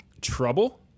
Trouble